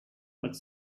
but